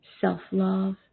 self-love